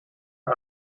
how